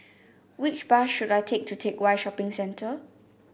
which bus should I take to Teck Whye Shopping Centre